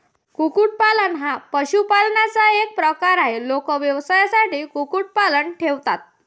कुक्कुटपालन हा पशुपालनाचा एक प्रकार आहे, लोक व्यवसायासाठी कुक्कुटपालन ठेवतात